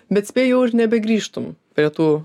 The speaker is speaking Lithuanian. bet spėju jau ir nebegrįžtum prie tų